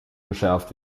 geschärft